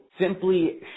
simply